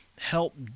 help